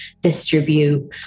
distribute